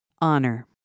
Honor